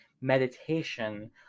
meditation